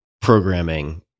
programming